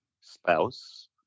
spouse